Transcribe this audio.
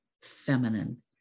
feminine